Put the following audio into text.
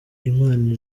imana